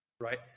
right